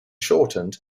shortened